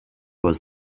was